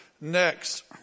Next